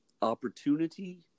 opportunity